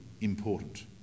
important